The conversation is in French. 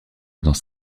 danse